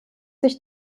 sich